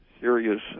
serious